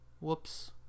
Whoops